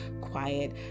quiet